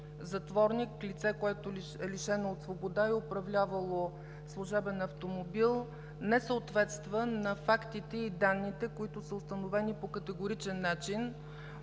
затворник – лице, което е лишено от свобода и управлявало служебен автомобил, не съответства на фактите и данните, които са установени по категоричен начин